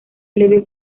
leve